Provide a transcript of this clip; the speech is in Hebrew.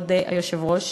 כבוד היושב-ראש.